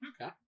okay